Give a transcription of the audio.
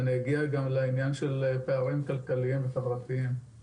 ואני אגיע גם לעניין של פערים כלכליים וחברתיים.